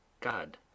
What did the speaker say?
God